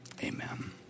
amen